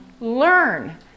learn